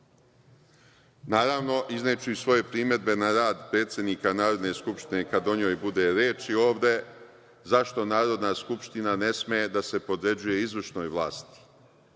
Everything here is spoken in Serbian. Naravno izneću i svoje primedbe na rad predsednika Narodne skupštine kada o njoj bude reči ovde - zašto Narodna skupština ne sme da se podređuje izvršnoj vlasti.